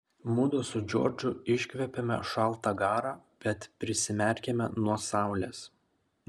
mudu su džordžu iškvepiame šaltą garą bet prisimerkiame nuo saulės